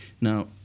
Now